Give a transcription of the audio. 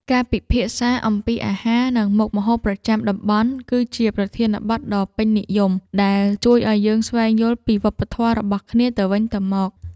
ការពិភាក្សាអំពីអាហារ និងមុខម្ហូបប្រចាំតំបន់ គឺជាប្រធានបទដ៏ពេញនិយមដែលជួយឱ្យយើងស្វែងយល់ពីវប្បធម៌របស់គ្នាទៅវិញទៅមក។